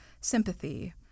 sympathy